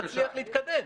אז נצליח להתקדם.